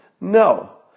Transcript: No